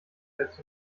selbst